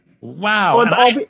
Wow